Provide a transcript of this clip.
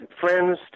friends